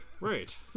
Right